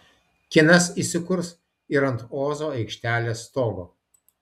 kinas įsikurs ir ant ozo aikštelės stogo